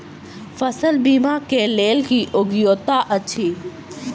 फसल बीमा केँ लेल की योग्यता अछि?